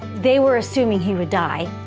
they were assuming he would die,